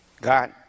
God